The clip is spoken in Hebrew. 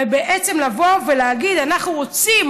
ובעצם לבוא ולהגיד: אנחנו רוצים,